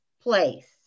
place